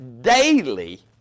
daily